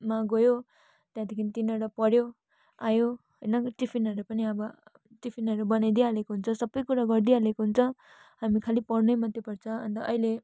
मा गयो त्यहाँदेखि त्यहीँनिर पढ्यो आयो होइन टिफिनहरू पनि अब टिफिनहरू बनाइदिई हालेको हुन्छ सबै कुरो गरिदिइहालेको हुन्छ हामी खालि पढ्नै मात्र पर्छ अन्त अहिले